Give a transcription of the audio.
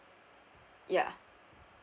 ya